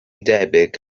debyg